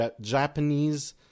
Japanese